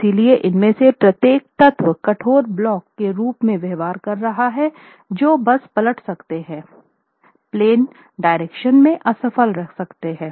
इसलिए इनमें से प्रत्येक तत्व कठोर ब्लॉक के रूप में व्यवहार कर रहे हैं जो बस पलट सकते हैं प्लेन डायरेक्शन से असफल सकते हैं